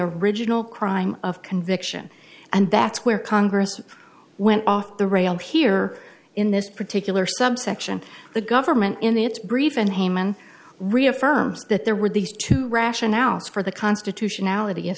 original crime of conviction and that's where congress went off the rail here in this particular subsection the government in its brief and haman reaffirms that there were these two rationales for the constitutionality of